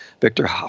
Victor